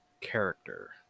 character